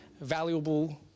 valuable